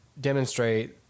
demonstrate